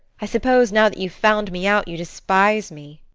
i suppose, now that you've found me out, you despise me.